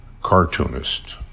cartoonist